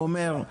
הוא אומר,